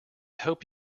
hope